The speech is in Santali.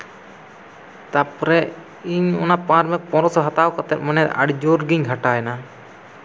ᱛᱟᱨᱯᱚᱨᱮ ᱤᱧ ᱚᱱᱟ ᱯᱟᱣᱟᱨ ᱵᱮᱝᱠ ᱯᱚᱱᱮᱨᱚᱥᱚ ᱦᱟᱛᱟᱣ ᱠᱟᱛᱮᱫ ᱢᱟᱱᱮ ᱟᱹᱰᱤ ᱡᱳᱨᱜᱤᱧ ᱜᱷᱟᱴᱟᱣᱮᱱᱟ